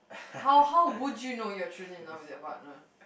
how how would you know you're truly in love with your partner